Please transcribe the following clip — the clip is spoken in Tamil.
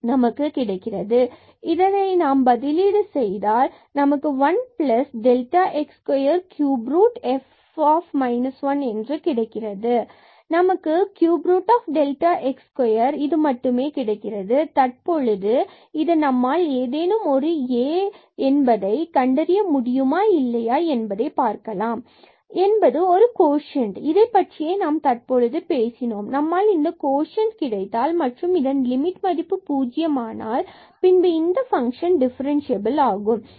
So 1x சப்மிட் செய்தால் 1 plus x2 cube root minus f என்பது ஒன்று என்றாகிறது நமக்கு 3x2 இது மட்டுமே கிடைக்கிறது தற்போது இது நம்மால் ஏதேனும் ஒரு A கண்டறிய முடியுமா இல்லையா என்பதை பார்க்கலாம் என்பது கோசன்ட் ஆகும் இதை பற்றியே நாம் தற்பொழுது பேசினோம் நம்மால் இந்த கோஷன்ட் கிடைத்தால் மற்றும் இதன் லிமிட் பூஜ்ஜியம் ஆனால் பின்பு இந்த ஃபங்ஷன் டிஃபரின்ஸிபள் ஆகும்